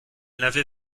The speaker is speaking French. n’avait